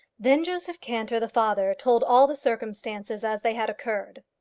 then joseph cantor the father told all the circumstances as they had occurred.